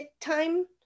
time